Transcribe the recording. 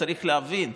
צריך להבין,